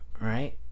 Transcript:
Right